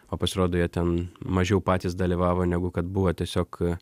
o pasirodo jie ten mažiau patys dalyvavo negu kad buvo tiesiog